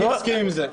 אני מסכים עם זה.